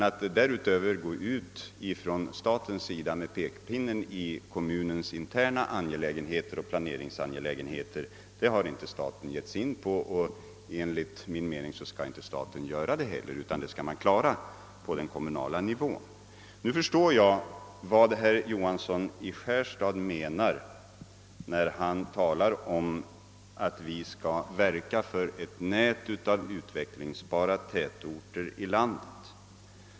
Att därutöver gå ut med pekpinnen i kommunens interna angelägenheter och planeringsfrågor är något som staten inte har gjort och enligt min mening heller inte bör göra. Dessa frågor skall lösas helt på den kommunala nivån. Nu förstår jag vad herr Johansson i Skärstad menar när han talar om att vi skall verka för ett nät av utvecklingsbara tätorter i landet.